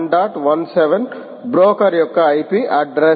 17 కి బ్రోకర్ యొక్క IP address